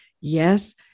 Yes